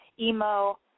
emo